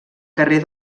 carrer